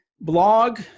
blog